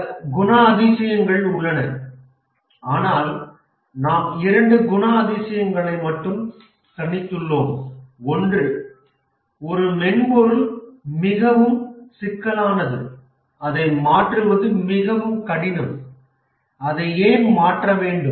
பல குணாதிசயங்கள் உள்ளன ஆனால் நாம் இரண்டு குணாதிசயங்களை மட்டுமே தனித்துள்ளோம் ஒன்று ஒரு மென்பொருள் மிகவும் சிக்கலானது அதை மாற்றுவது மிகவும் கடினம் அதை ஏன் மாற்ற வேண்டும்